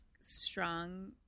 strong